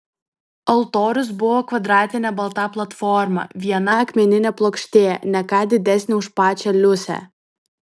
altorius buvo kvadratinė balta platforma viena akmeninė plokštė ne ką didesnė už pačią liusę